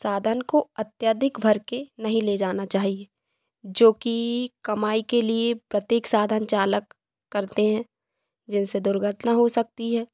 साधन को अत्यधिक भर के नहीं ले जाना चाहिए जो कि कमाई के लिए प्रत्येक साधन चालक करते हैं जिनसे दुर्घटना हो सकती है